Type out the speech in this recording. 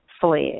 fled